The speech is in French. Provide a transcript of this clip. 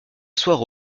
asseoir